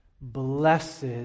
blessed